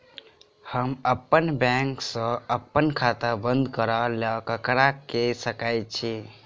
हम अप्पन बैंक सऽ अप्पन खाता बंद करै ला ककरा केह सकाई छी?